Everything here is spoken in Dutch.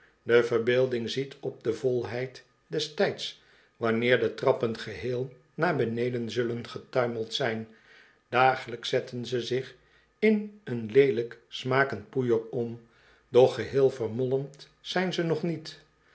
de verbeelding ziet op de volheid des tijds wanneer de trappen geheel naar beneden zullen getuimeld zijn dagelijks zetten ze zich in een leelijk smakend poeier om doch geheel vermolmd zijn ze nog niet